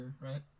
right